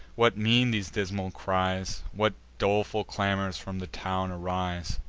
what mean these dismal cries? what doleful clamors from the town arise?